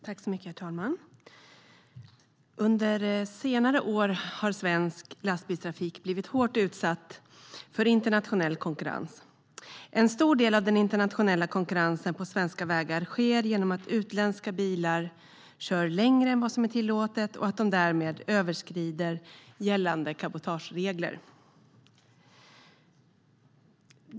Herr talman! Under senare år har svensk lastbilstrafik blivit hårt utsatt för internationell konkurrens. En stor del av den internationella konkurrensen på svenska vägar sker genom att utländska bilar kör längre än vad som är tillåtet och att de därmed överskrider gällande cabotageregler.